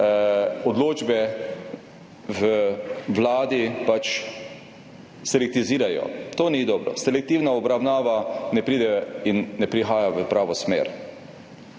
odločbe na Vladi selekcionirajo. To ni dobro. Selektivna obravnava ne pride in ne prihaja v pravo smer.